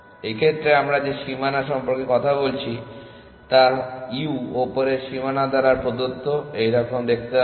এই ক্ষেত্রে আমরা যে সীমানা সম্পর্কে কথা বলছি তা u উপরের সীমানা দ্বারা প্রদত্ত এইরকম দেখতে হবে